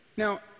Now